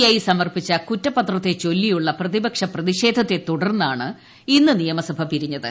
I സമർപ്പിച്ച കൂറ്റപ്ത്തെച്ചൊല്ലിയുള്ള പ്രതിപക്ഷ പ്രതിഷേധത്തെ തുടർന്നാണ് ഇന്ന് ് നീയമസഭ പിരിഞ്ഞത്